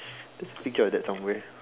there's a picture of that somewhere